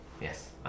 Yes